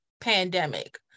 pandemic